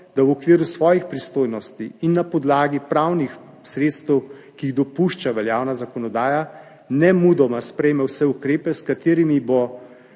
da v okviru svojih pristojnosti in na podlagi pravnih sredstev, ki jih dopušča veljavna zakonodaja, nemudoma sprejme vse ukrepe, s katerimi bo